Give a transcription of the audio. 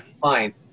Fine